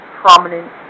prominent